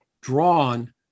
drawn